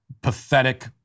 pathetic